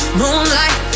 moonlight